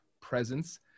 presence